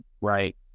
right